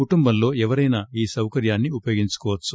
కుటుంబంలో ఎవరైనా ఈ సౌకర్యాన్ని ఉపయోగించుకోవచ్చు